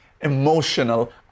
emotional